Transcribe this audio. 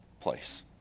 place